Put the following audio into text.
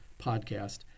podcast